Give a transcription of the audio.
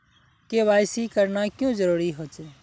KYC करना क्याँ जरुरी होचे?